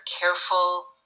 careful